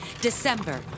December